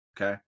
okay